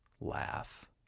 laugh